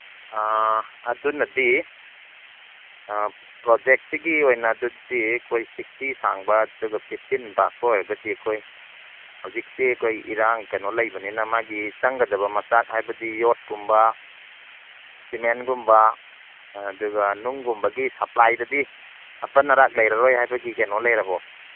ꯑꯥ ꯑꯗꯨꯅꯗꯤ ꯑꯥ ꯄ꯭ꯔꯣꯖꯦꯛꯁꯤꯒꯤ ꯑꯣꯏꯅ ꯑꯗꯨꯗꯤ ꯑꯩꯈꯣꯏ ꯁꯤꯛꯁꯇꯤ ꯁꯥꯡꯕ ꯑꯗꯨꯒ ꯐꯤꯐꯇꯤꯟ ꯄꯥꯛꯄ ꯑꯣꯏꯔꯒꯗꯤ ꯑꯩꯈꯣꯏ ꯍꯧꯖꯤꯛꯁꯤ ꯑꯩꯈꯣꯏ ꯏꯔꯥꯡ ꯀꯩꯅꯣ ꯂꯩꯕꯅꯤꯅ ꯃꯥꯒꯤ ꯆꯪꯒꯗꯕ ꯃꯆꯥꯛ ꯍꯥꯏꯕꯗꯤ ꯌꯣꯠꯀꯨꯝꯕ ꯁꯤꯃꯦꯟꯒꯨꯝꯕ ꯑꯗꯨꯒ ꯅꯨꯡꯒꯨꯝꯕꯒꯤ ꯁꯄ꯭ꯂꯥꯏꯗꯗꯤ ꯑꯄꯟ ꯑꯔꯥꯛ ꯂꯩꯔꯔꯣꯏ ꯍꯥꯏꯕꯒꯤ ꯀꯩꯅꯣ ꯂꯩꯔꯕꯣ